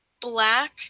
black